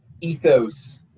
ethos